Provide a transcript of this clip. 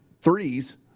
threes